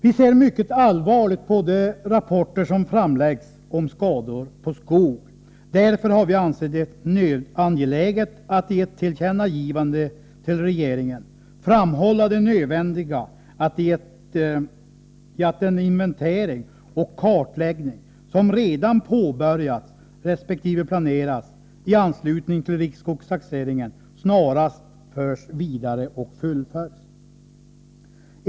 Vi ser mycket allvarligt på de rapporter som framläggs om skador på skog, och därför har vi ansett det angeläget att i ett tillkännagivande till regeringen framhålla det nödvändiga i att den inventering och kartläggning som redan påbörjats resp. planeras i anslutning till riksskogstaxeringen snarast förs vidare och fullföljs.